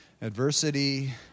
adversity